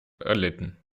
erlitten